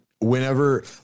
Whenever